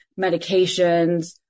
medications